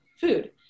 food